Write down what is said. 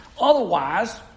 Otherwise